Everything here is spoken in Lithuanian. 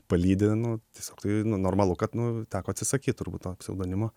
palydi nu tiesiog tai nu normalu kad nu teko atsisakyt turbūt to pseudonimo